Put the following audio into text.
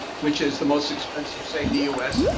which is the most expensive state in the us.